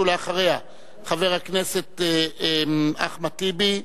אחריה, חבר הכנסת אחמד טיבי,